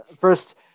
first